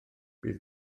bydd